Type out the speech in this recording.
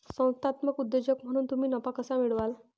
संस्थात्मक उद्योजक म्हणून तुम्ही नफा कसा मिळवाल?